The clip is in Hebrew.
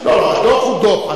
לא, לא, הדוח הוא דוח.